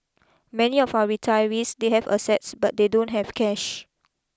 many of our retirees they have assets but they don't have cash